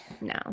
No